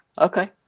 okay